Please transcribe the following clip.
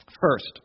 First